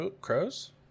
Crows